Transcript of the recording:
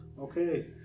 okay